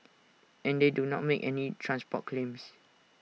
and they do not make any transport claims